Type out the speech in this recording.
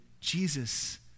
Jesus